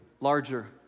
larger